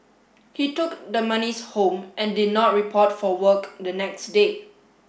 he took the monies home and did not report for work the next day